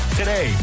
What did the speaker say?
today